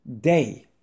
day